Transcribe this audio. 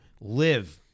live